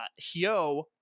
Hyo